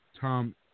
Tom